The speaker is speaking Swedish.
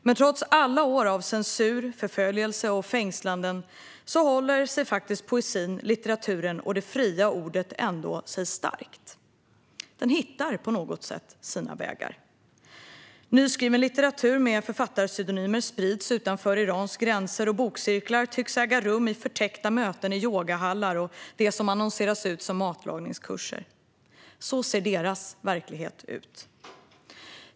Men trots alla år av censur, förföljelse och fängslanden håller sig faktiskt poesin, litteraturen och det fria ordet sig ändå starka. De hittar på något sätt sina vägar. Nyskriven litteratur med författarpseudonymer sprids utanför Irans gränser, och bokcirklar tycks äga rum vid förtäckta möten i yogahallar och det som annonseras ut som matlagningskurser. Så ser deras verklighet ut.